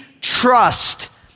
trust